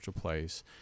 place